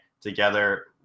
together